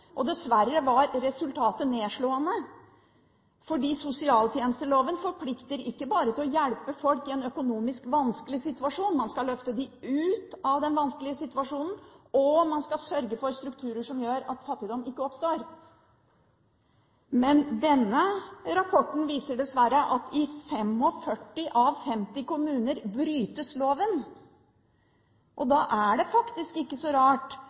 Norge. Dessverre var resultatet nedslående, fordi sosialtjenesteloven forplikter oss ikke bare til å hjelpe folk i en økonomisk vanskelig situasjon, man skal løfte dem ut av den vanskelige situasjonen, og man skal sørge for strukturer som gjør at fattigdom ikke oppstår. Men denne rapporten viser dessverre at i 45 av 50 kommuner brytes loven. Da er det faktisk ikke så rart